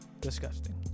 Disgusting